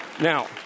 Now